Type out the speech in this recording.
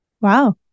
Wow